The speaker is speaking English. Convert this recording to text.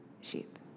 sheep